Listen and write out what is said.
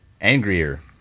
Angrier